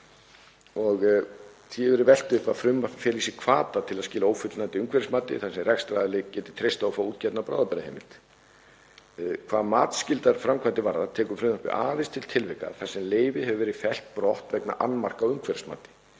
Því hefur verið velt upp að frumvarpið feli í sér hvata til að skila ófullnægjandi umhverfismati, þ.e. að rekstraraðili geti treyst á að fá útgefna bráðabirgðaheimild. Hvað matsskyldar framkvæmdir varðar tekur frumvarpið aðeins til tilvika þar sem leyfi hefur verið fellt brott vegna annmarka á umhverfismati.